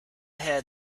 heard